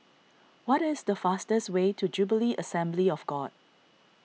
what is the fastest way to Jubilee Assembly of God